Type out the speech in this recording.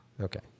Okay